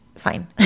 fine